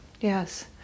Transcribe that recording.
yes